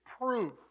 proof